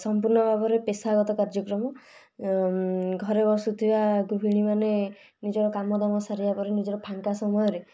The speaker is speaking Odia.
ସମ୍ପୂର୍ଣ୍ଣ ଭାବରେ ପେସାଗତ କାର୍ଯ୍ୟକ୍ରମ ଘରେ ବସୁଥିବା ଗୃହିଣୀମାନେ ନିଜ କାମଦାମ ସାରିବା ପରେ ନିଜର ଫାଙ୍କା ସମୟରେ